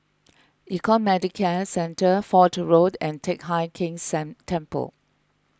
Econ Medicare Centre Fort Road and Teck Hai Keng San Temple